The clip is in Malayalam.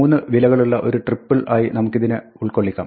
മൂന്ന് വിലകളുള്ള ഒരു triple ആയി നമുക്കിതിനെ ഉൾക്കൊള്ളിക്കാം